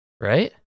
right